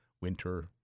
winter